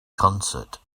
concert